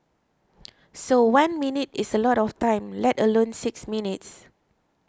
so one minute is a lot of time let alone six minutes